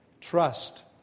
Trust